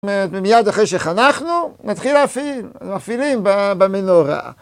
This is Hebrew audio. מ... מיד אחרי שחנכנו, נתחיל להפעיל. מפעילים במנורה...